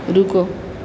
रुको